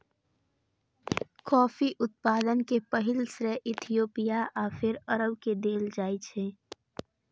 coffee उत्पादन के पहिल श्रेय इथियोपिया आ फेर अरब के देल जाइ छै